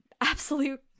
absolute